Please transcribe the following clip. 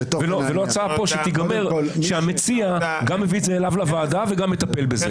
ולא הצעה פה שהמציג גם מביא אליו ולוועדה וגם מטפל בזה,